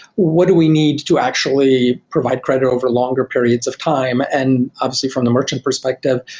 what do we need to actually provide credit over longer periods of time and obviously from the merchant perspective,